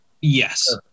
Yes